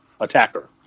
Attacker